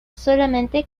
solamente